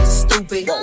stupid